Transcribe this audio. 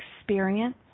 experience